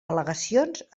al·legacions